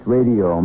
Radio